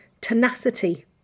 Tenacity